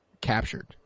captured